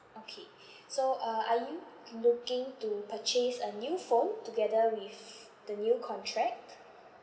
okay so uh are you looking to purchase a new phone together with the new contract